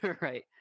Right